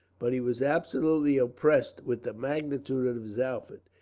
but he was absolutely oppressed with the magnitude of his outfit,